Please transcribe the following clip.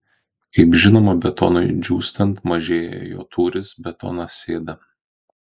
kaip žinoma betonui džiūstant mažėja jo tūris betonas sėda